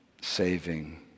saving